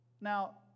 Now